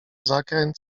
zakręt